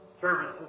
services